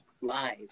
live